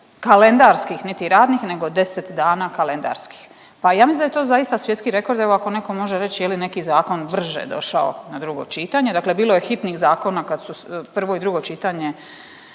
kalendarskih niti radnih nego deset dana kalendarskih. Pa ja mislim da je to zaista svjetski rekord, evo ako neko može reć je li neki zakon brže došao na drugo čitanje. Dakle, bilo je hitnih zakona kad su prvo i drugo čitanje